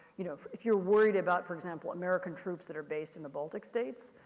you know, if you're worried about, for example, american troops that are based in the baltic states,